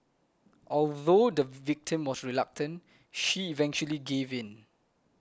although the victim was reluctant she eventually gave in